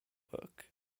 work